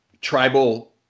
tribal